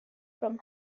from